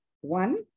one